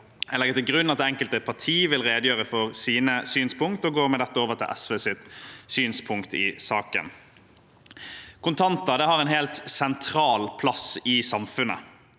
Jeg legger til grunn at de enkelte parti vil redegjøre for sine synspunkt og går med dette over til SVs synspunkt i saken. Kontanter har en helt sentral plass i samfunnet.